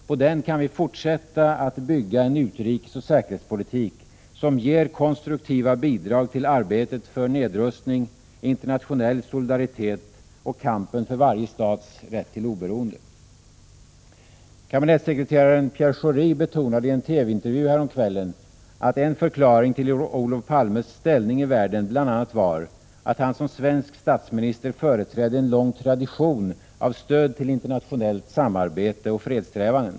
På den kan vi fortsätta att bygga en utrikesoch säkerhetspolitik, som ger konstruktiva bidrag till arbetet för nedrustning, internationell solidaritet och kampen för varje stats rätt till oberoende. Kabinettssekreteraren Pierre Schori betonade i en TV-intervju häromkvällen, att en förklaring till Olof Palmes ställning i världen var, att han som svensk statsminister företrädde en lång tradition av stöd till internationellt samarbete och fredssträvan.